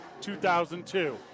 2002